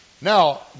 Now